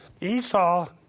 Esau